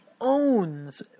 owns